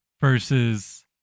versus